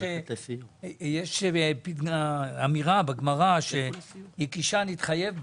יש אמירה בגמרא שהכישה נתחייב בה.